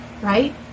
right